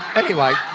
anyway,